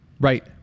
Right